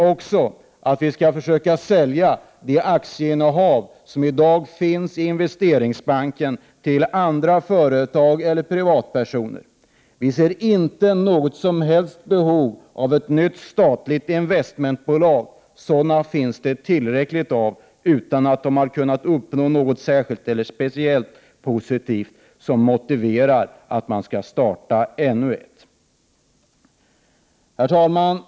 1988/89:126 | försöka sälja de aktieinnehav som i dag finns i Investeringsbanken till andra = 1 juni 1989 företag eller privatpersoner. Vi ser inte något som helst behov av ett nytt statligt investmentbolag; sådana finns det tillräckligt av utan att de kunnat uppnå något speciellt positivt som motiverar att man skall starta ännu ett. Herr talman!